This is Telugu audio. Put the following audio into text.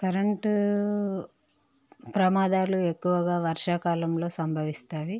కరెంటు ప్రమాదాలు ఎక్కువగా వర్షా కాలంలో సంభవిస్తాయి